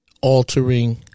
altering